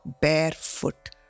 barefoot